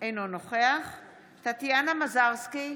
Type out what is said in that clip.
אינו נוכח טטיאנה מזרסקי,